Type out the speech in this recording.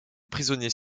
prisonniers